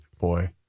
Boy